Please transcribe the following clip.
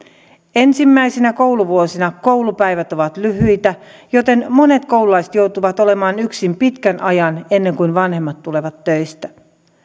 ensimmäisinä kouluvuosina koulupäivät ovat lyhyitä joten monet koululaiset joutuvat olemaan yksin pitkän ajan ennen kuin vanhemmat tulevat töistä